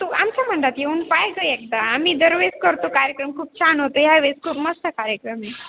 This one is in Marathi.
तू आमच्या मंडळात येऊन पाहायचं एकदा आम्ही दरवेळेस करतो कार्यक्रम खूप छान होतो ह्यावेळेस खूप मस्त कार्यक्रम आहे